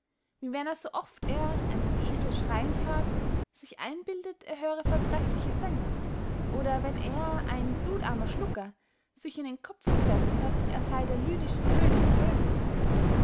wie wenn er so oft er einen esel schreien hört sich einbildet er höre vortreffliche sänger oder wenn er ein blutarmer schlucker sich in den kopf gesetzt hat er sey der lydische könig crösus